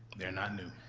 they're not new.